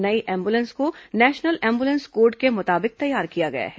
नई एंबुलेंस को national ambulance code के मुताबिक तैयार किया गया है